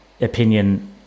opinion